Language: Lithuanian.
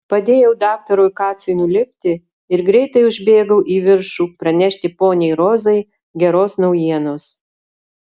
padėjau daktarui kacui nulipti ir greitai užbėgau į viršų pranešti poniai rozai geros naujienos